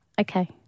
Okay